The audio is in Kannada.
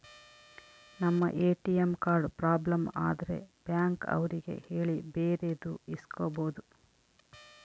ನಮ್ ಎ.ಟಿ.ಎಂ ಕಾರ್ಡ್ ಪ್ರಾಬ್ಲಮ್ ಆದ್ರೆ ಬ್ಯಾಂಕ್ ಅವ್ರಿಗೆ ಹೇಳಿ ಬೇರೆದು ಇಸ್ಕೊಬೋದು